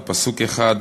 או פסוק אחד,